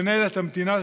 לנהל את המדינה הזאת.